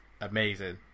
amazing